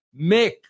Mick